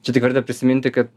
čia tik vetra prisiminti kad